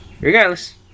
regardless